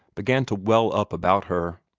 began to well up about her.